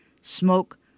smoke